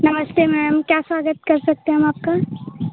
नमस्ते मैम क्या स्वागत कर सकते हैं हम आपका